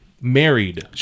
married